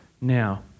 now